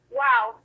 wow